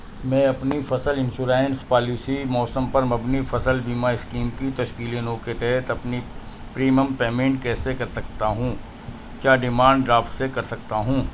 میں اپنی فصل انشورنس پالیسی موسم پر مبنی فصل بیمہ اسکیم کی تشکیل نو کے تحت اپنی پریمم پیمنٹ کیسے کر سکتا ہوں کیا ڈیمانڈ ڈرافٹ سے کر سکتا ہوں